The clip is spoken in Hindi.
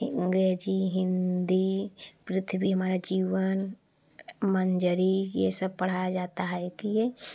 अंग्रेजी हिंदी पृथ्वी हमारा जीवन मंजरी यह सब पढ़ाया जाता है कि ये